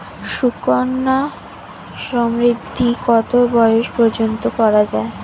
সুকন্যা সমৃদ্ধী কত বয়স পর্যন্ত করা যায়?